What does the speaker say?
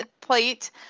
plate